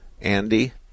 Andy